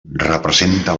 representa